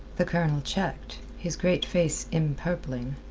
the colonel checked his great face empurpling.